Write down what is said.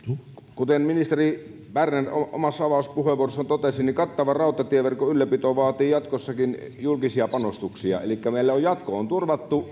kuten ministeri berner omassa avauspuheenvuorossaan totesi niin kattavan rautatieverkon ylläpito vaatii jatkossakin julkisia panostuksia elikkä meillä jatko on turvattu